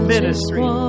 Ministry